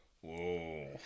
Whoa